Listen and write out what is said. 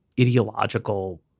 ideological